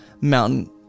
mountain